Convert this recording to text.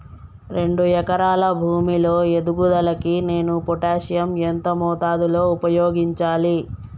రెండు ఎకరాల భూమి లో ఎదుగుదలకి నేను పొటాషియం ఎంత మోతాదు లో ఉపయోగించాలి?